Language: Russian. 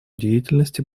деятельности